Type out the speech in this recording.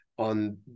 on